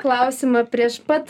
klausimą prieš pat